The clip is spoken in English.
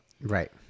Right